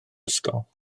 ysgol